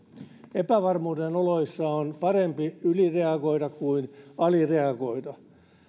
epävarmuuden oloissa on parempi ylireagoida kuin alireagoida